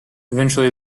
eventually